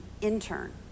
intern